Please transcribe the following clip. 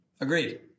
agreed